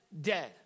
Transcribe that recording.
dead